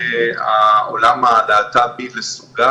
העולם הלהט"בי לסוגיו,